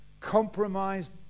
compromised